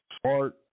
smart